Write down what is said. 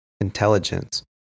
intelligence